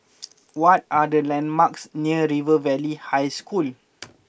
what are the landmarks near River Valley High School